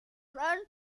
then